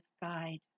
guide